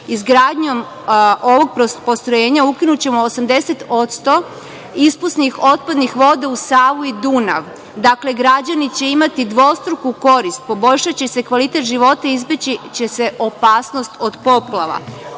Izgradnjom ovog postrojenja ukinućemo 80% ispusnih otpadnih voda u Savu i Dunav. Dakle, građani će imati dvostruku korist, poboljšaće se kvalitet života, izbeći će se opasnost od poplava. Ove